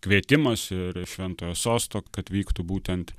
kvietimas ir iš šventojo sosto kad vyktų būtent